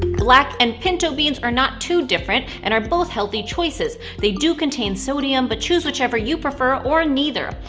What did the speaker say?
black and pinto beans are not too different, and are both healthy choices. they do contain sodium, but choose whichever you prefer, or neither.